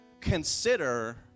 consider